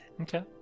okay